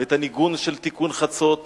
ואת הניגון של תיקון חצות,